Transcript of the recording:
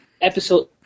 episode